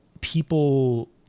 people